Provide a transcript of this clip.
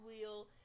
wheel